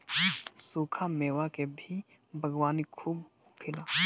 सुखा मेवा के भी बागवानी खूब होखेला